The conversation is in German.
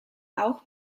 auch